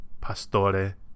Pastore